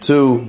Two